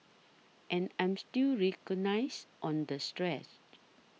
and I'm still recognised on the stress